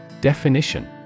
Definition